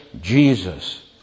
Jesus